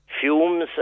fumes